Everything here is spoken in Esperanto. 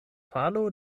falo